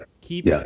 Keep